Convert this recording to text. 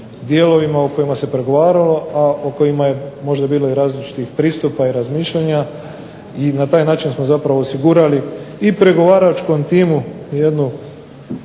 dijelovima o kojima se pregovaralo, a o kojima je možda bilo i različitih pristupa i razmišljanja. I na taj način smo zapravo osigurali i pregovaračkom timu jednu